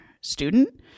student